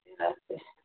रहते हैं